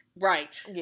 Right